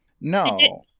No